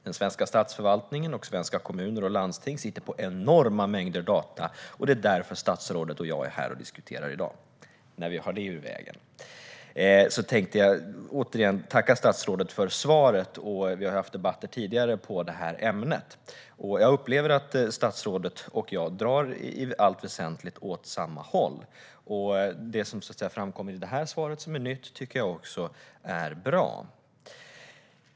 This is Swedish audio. Den svenska statsförvaltningen och svenska kommuner och landsting sitter på enorma mängder data. Det är därför statsrådet och jag är här och diskuterar i dag. Med detta sagt tänkte jag återigen tacka statsrådet för svaret. Vi har haft debatter tidigare i detta ämne. Jag upplever att statsrådet och jag i allt väsentligt drar åt samma håll. Det som framkommer i detta svar och som är nytt tycker jag också är bra.